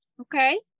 Okay